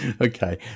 okay